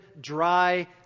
dry